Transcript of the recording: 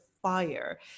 fire